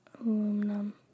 Aluminum